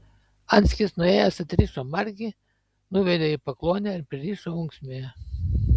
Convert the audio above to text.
anskis nuėjęs atrišo margį nuvedė į pakluonę ir pririšo ūksmėje